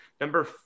Number